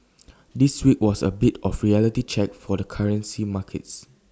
this week was A bit of reality check for the currency markets